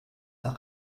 nach